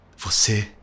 Você